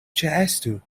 ĉeestu